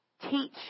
Teach